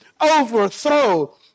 overthrow